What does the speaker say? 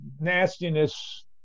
nastiness